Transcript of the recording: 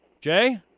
Jay